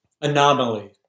anomaly